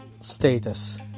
status